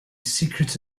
secrets